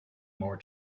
more